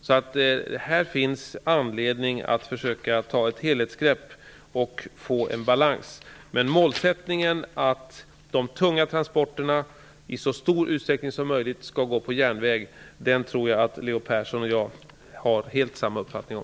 Det finns anledning att försöka ta ett helhetsgrepp och få balans. Men målsättningen att de tunga transporterna i så stor utsträckning som möjligt skall gå på järnväg tror jag att Leo Persson och jag är helt överens om.